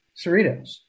Cerritos